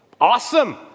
Awesome